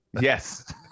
Yes